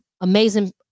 amazing